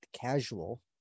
casual